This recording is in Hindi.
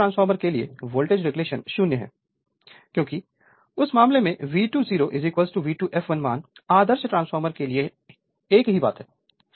एक आदर्श ट्रांसफार्मर के लिए वोल्टेज रेगुलेशन 0 है क्योंकि उस मामले में V2 0 V2 fl मान आदर्श ट्रांसफार्मर के लिए एक ही बात है